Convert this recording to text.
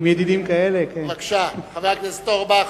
עם ידידים כאלה, בבקשה, חבר הכנסת אורבך,